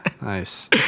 Nice